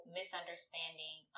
misunderstanding